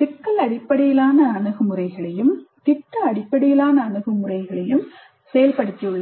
சிக்கல் அடிப்படையிலான அணுகுமுறைகளையும் திட்ட அடிப்படையிலான அணுகுமுறைகளையும் செயல்படுத்தியுள்ளன